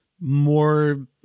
more